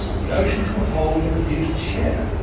the oceans will hold a reduced share,